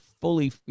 fully